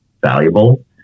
valuable